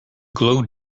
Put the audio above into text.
glow